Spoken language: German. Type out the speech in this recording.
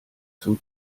zum